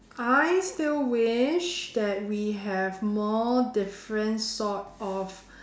I still wish that we have more different sort of